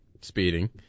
speeding